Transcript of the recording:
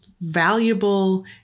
valuable